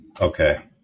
Okay